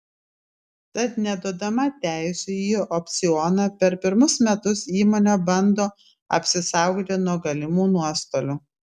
tad neduodama teisių į opcioną per pirmus metus įmonė bando apsisaugoti nuo galimų nuostolių